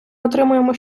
отримуємо